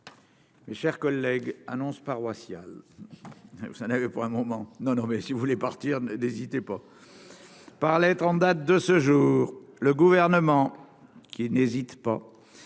Mes chers collègues, annonces paroissiales, ça n'avait pas un moment non, non, mais si vous voulez partir d'hésiter pas. Par lettre en date de ce jour, le gouvernement qui n'hésite pas,